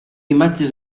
imatges